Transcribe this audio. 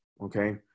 okay